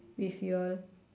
with y'all